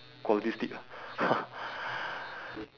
quality sleep lah